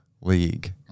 league